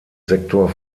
sektor